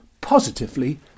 positively